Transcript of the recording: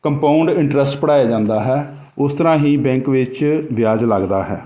compound interest ਪੜ੍ਹਾਇਆ ਜਾਂਦਾ ਹੈ ਉਸ ਤਰ੍ਹਾਂ ਹੀ ਬੈਂਕ ਵਿੱਚ ਵਿਆਜ ਲੱਗਦਾ ਹੈ